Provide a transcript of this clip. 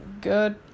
good